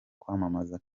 kwamamaza